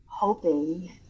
hoping